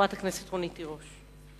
חברת הכנסת רונית תירוש.